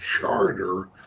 charter